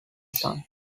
son